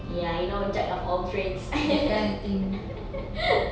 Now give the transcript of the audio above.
ya you know jack of all trades